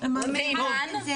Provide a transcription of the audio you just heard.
ואימאן,